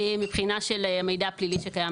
מהבחינה של המידע הפלילי שקיים